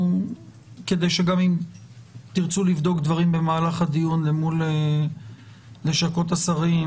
כדי שגם אם תרצו לבדוק דברים במהלך הדיון למול לשכות השרים,